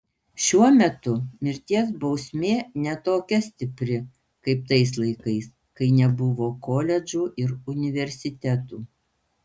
šiuo metu mirties baimė ne tokia stipri kaip tais laikais kai nebuvo koledžų ir universitetų